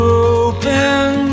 open